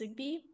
Zigbee